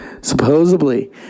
Supposedly